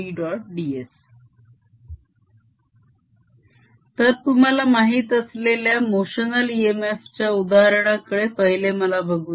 dS तर तुम्हाला माहित असलेल्या मोशनल इएमएफ च्या उदाहरणाकडे पहिले मला बघू दे